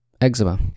eczema